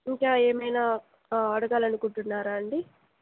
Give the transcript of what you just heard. ఇంకా ఏమైనా అడగాలనుకుంటున్నారా అండి